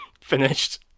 Finished